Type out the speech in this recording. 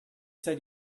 said